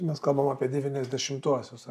mes kalbam apie devyniasdešimtuosius